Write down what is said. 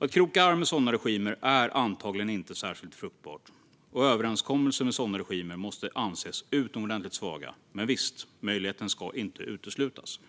Att kroka arm med sådana regimer är antagligen inte särskilt fruktbart, och överenskommelser med sådana regimer måste anses vara utomordentligt svaga. Men visst, möjligheten ska inte uteslutas.